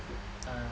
food ah